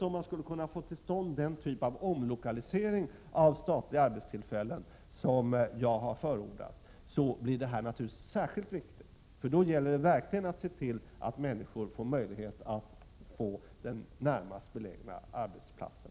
Om man skulle kunna få till stånd den typ av omlokalisering av statliga arbetstillfällen som jag har förordat, blir detta naturligtvis särskilt viktigt, för då gäller det verkligen att se till att människor har möjlighet att få arbete på den närmast belägna arbetsplatsen.